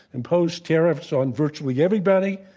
imposed tariffs on virtually everybody,